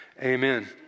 Amen